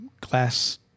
glass